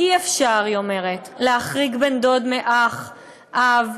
"אי-אפשר", היא אומרת, "להחריג בן-דוד מאח, אב,